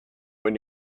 when